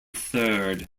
third